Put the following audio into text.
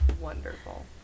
wonderful